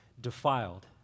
defiled